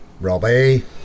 Robbie